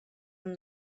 and